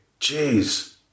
Jeez